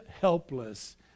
helpless